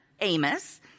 Amos